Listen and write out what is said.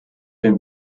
den